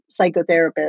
psychotherapist